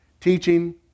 teaching